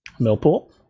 Millpool